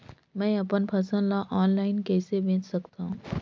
मैं अपन फसल ल ऑनलाइन कइसे बेच सकथव?